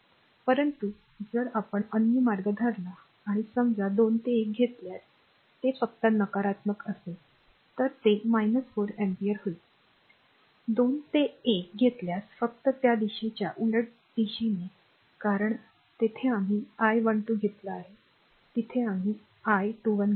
परंतु जर आपण अन्य मार्ग धरला किंवा समजा 2 ते 1 घेतल्यास ते फक्त नकारात्मक असेल तर ते 4 अँपिअर होईल 2 ते 1 घेतल्यास फक्त त्या दिशेच्या उलट दिशेने कारण येथे आम्ही I12घेतला आहे तिथे आम्ही I 21 घेतला आहे